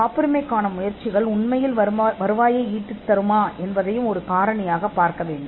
காப்புரிமை முயற்சிகள் உண்மையில் வருவாயை ஏற்படுத்துமா என்பதையும் இது காரணியாகக் கொள்ள வேண்டும்